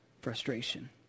frustration